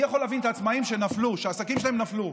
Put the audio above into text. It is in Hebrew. אני יכול להבין את העצמאים שהעסקים שלהם נפלו.